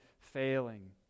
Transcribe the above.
failing